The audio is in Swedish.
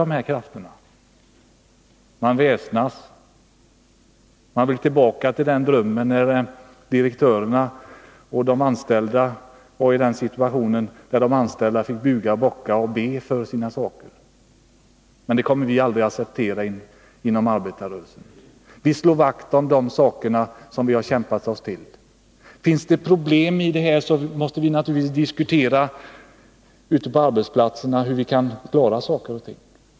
Man väsnas och drömmer sig tillbaka till den tid när de anställda var i den situationen att de inför direktörerna fick buga och be för att få sina krav tillgodosedda. Men något sådant kommer vi aldrig att acceptera inom arbetarrörelsen. Vi slår vakt om det som vi kämpat oss till. Om problem uppstår måste vi naturligtvis ute på arbetsplatserna diskutera hur vi skall klara svårigheterna.